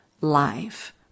life